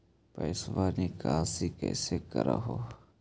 पैसवा निकासी कैसे कर हो?